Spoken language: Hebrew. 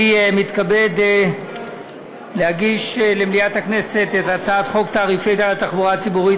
אני מתכבד להגיש למליאת הכנסת את הצעת חוק תעריפי התחבורה הציבורית,